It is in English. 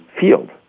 field